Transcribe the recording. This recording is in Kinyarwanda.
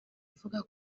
avuga